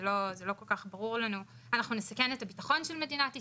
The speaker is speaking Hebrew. זה לא כל כך ברור לנו אנחנו נסכן את הביטחון של מדינת ישראל?